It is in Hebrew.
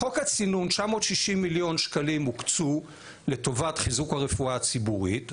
בחוק הצינון 960 מיליון שקלים הוקצו לטובת חיזוק הרפואה הציבורית.